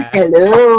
Hello